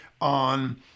on